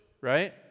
right